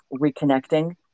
reconnecting